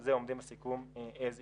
עומדים בסיכום as is.